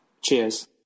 Cheers